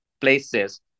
places